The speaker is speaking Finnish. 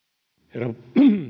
herra